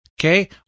Okay